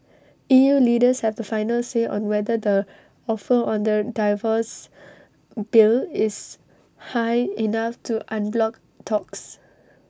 E U leaders have the final say on whether the offer on the divorce bill is high enough to unblock talks